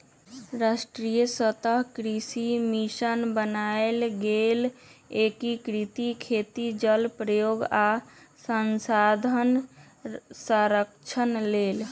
राष्ट्रीय सतत कृषि मिशन बनाएल गेल एकीकृत खेती जल प्रयोग आ संसाधन संरक्षण लेल